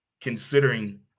considering